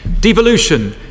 Devolution